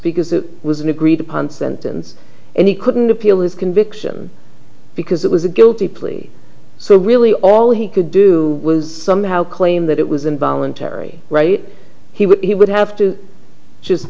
because it was an agreed upon sentence and he couldn't appeal his conviction because it was a guilty plea so really all he could do was somehow claim that it was involuntary right he would have to just